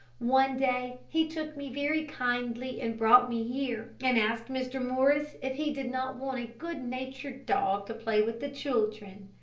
one day he took me very kindly and brought me here, and asked mr. morris if he did not want a good-natured dog to play with the children.